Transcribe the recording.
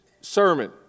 sermon